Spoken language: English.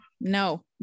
No